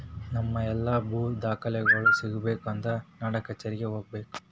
ನಮ್ಮ ಎಲ್ಲಾ ಭೂ ದಾಖಲೆಗಳು ಸಿಗಬೇಕು ಅಂದ್ರ ನಾಡಕಛೇರಿಗೆ ಹೋಗಬೇಕು